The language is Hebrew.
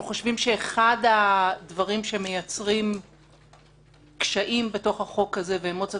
אנחנו חושבים שאחד הדברים שמייצרים קשיים ואמוציות